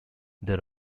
there